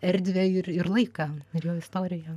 erdvę ir ir laiką ir jo istoriją